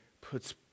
puts